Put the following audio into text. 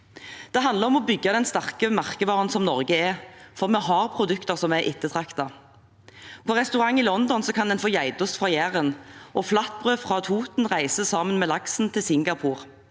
Dette handler om å bygge den sterke merkevaren som Norge er, for vi har produkter som er ettertraktede. På restaurant i London kan en få geitost fra Jæren, og flatbrød fra Toten reiser sammen med laksen til Singapore.